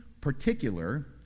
particular